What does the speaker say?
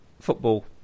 football